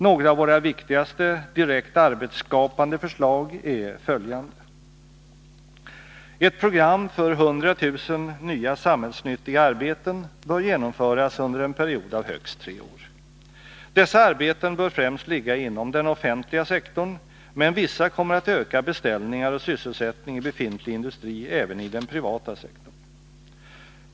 Några av våra viktigaste, direkt arbetsskapande förslag är följande: Ett program för 100 000 nya samhällsnyttiga arbeten bör genomföras under en period av högst tre år. Dessa arbeten bör främst ligga inom den offentliga sektorn, men vissa kommer att öka beställningar och sysselsättning i befintlig industri även i den privata sektorn.